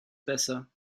besser